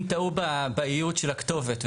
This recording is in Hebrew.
אם טעו באיות של הכתובת,